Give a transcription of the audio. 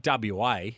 WA